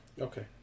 Okay